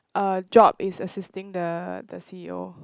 err job is assisting the the c_e_o